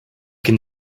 can